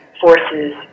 forces